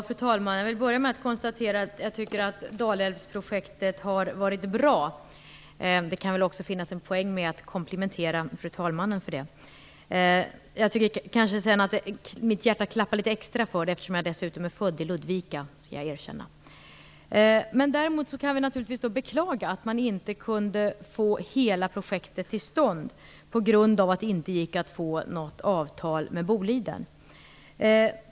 Fru talman! Jag vill börja med att konstatera att jag tycker att Dalälvsprojektet har varit bra. Det kan väl också finnas en poäng med att komplimentera fru talmannen för det. Dessutom skall jag erkänna att mitt hjärta kanske klappar litet extra för det här, eftersom jag är född i Ludvika. Däremot kan vi naturligtvis beklaga att man inte kunde få hela projektet till stånd på grund av att det inte gick att få något avtal med Boliden.